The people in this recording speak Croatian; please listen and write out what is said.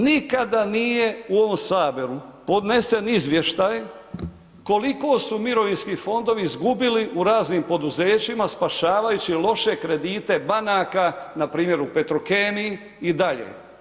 Nikada nije u ovom Saboru podnesen izvještaj koliko su mirovinski fondovi izgubili u raznim poduzećima spašavajući loše kredite banaka npr. u Petrokemiji i dalje.